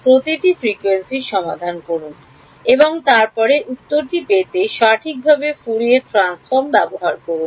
প্রতিটি ফ্রিকোয়েন্সি সমাধান করুন এবং তারপরে উত্তরটি পেতে সঠিকভাবে ফুরিয়ার ট্রান্সফর্ম ব্যবহার করুন